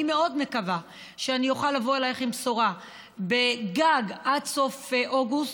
אני מאוד מקווה שאני אוכל לבוא אלייך עם בשורה גג עד סוף אוגוסט,